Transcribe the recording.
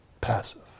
passive